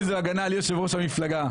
איזו הגנה על יושב ראש המפלגה,